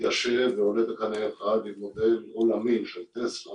מתיישב ועולה בקנה אחד עם מודל עולמי של טסלה